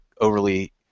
overly